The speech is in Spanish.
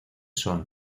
son